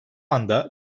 ânda